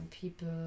people